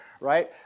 right